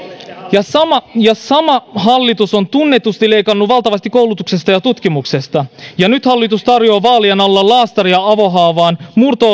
ja sama ja sama hallitus on tunnetusti leikannut valtavasti koulutuksesta ja tutkimuksesta ja nyt hallitus tarjoaa vaalien alla laastaria avohaavaan murto